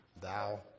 thou